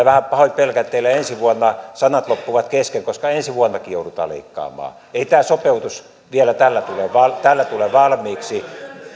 vähän pahoin pelkään että teillä ensi vuonna sanat loppuvat kesken koska ensi vuonnakin joudutaan leikkaamaan ei tämä sopeutus vielä tällä tule valmiiksi